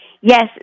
Yes